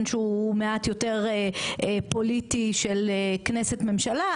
שהוא מעט יותר פוליטי של כנסת ממשלה,